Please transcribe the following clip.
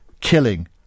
killing